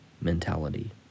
mentality